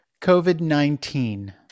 COVID-19